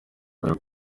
kubera